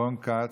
רון כץ,